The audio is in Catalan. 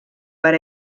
per